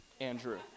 Andrew